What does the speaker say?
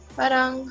parang